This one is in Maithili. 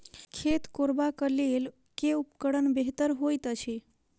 खेत कोरबाक लेल केँ उपकरण बेहतर होइत अछि?